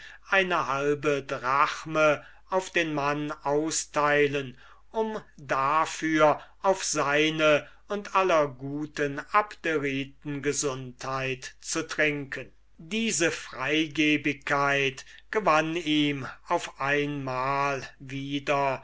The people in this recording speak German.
eine halbe drachme auf den mann austeilen um dafür auf seine und aller guten abderiten gesundheit zu trinken diese freigebigkeit gewann ihm auf einmal wieder